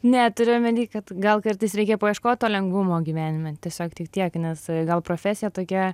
ne turiu omeny kad gal kartais reikia paieškot to lengvumo gyvenime tiesiog tik tiek nes gal profesija tokia